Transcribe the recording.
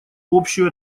общую